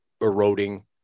eroding